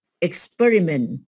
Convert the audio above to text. experiment